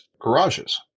garages